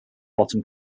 bottom